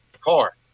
car